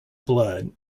blood